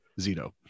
Zito